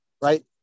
right